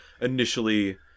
initially